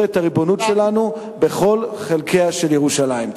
את הריבונות שלנו בכל חלקיה של ירושלים.